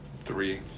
Three